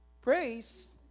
Praise